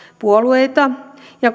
puolueita ja